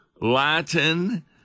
Latin